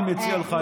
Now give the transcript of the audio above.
אני מציע לך,